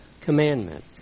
commandment